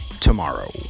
tomorrow